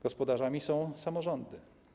Gospodarzami są samorządy.